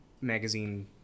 magazine